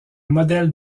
modèle